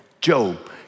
Job